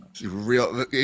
Real